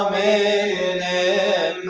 a